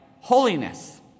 Holiness